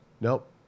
Nope